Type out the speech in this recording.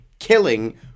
killing